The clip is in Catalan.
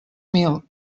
mil